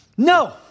No